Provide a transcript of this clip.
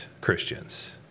Christians